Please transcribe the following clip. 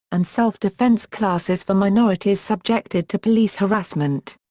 and self-defense classes for minorities subjected to police harassment.